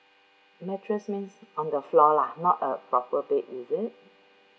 mattress means on the floor lah not a proper bed is it